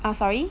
I'm sorry